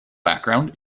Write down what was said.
background